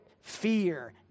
fear